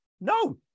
No